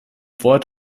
wort